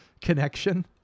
connection